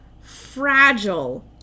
fragile